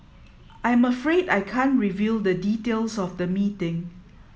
I'm afraid I can't reveal the details of the meeting